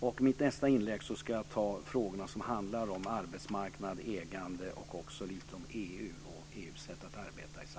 I mitt nästa inlägg ska jag ta upp frågorna om arbetsmarknad och ägande, och jag ska också komma in lite på EU och EU:s sätt att arbeta.